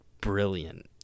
brilliant